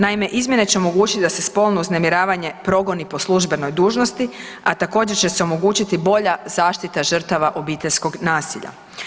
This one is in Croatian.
Naime, izmjene će omogućiti da se spolno uznemiravanje progoni po službenoj dužnosti, a također će se omogućiti bolja zaštita žrtava obiteljskog nasilja.